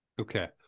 Okay